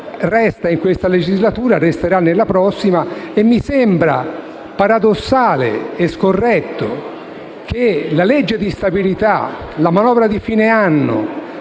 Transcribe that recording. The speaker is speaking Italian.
resta in questa legislatura e resterà nella prossima. Mi sembra perciò paradossale e scorretto che la legge di bilancio, la manovra di fine anno,